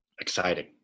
Exciting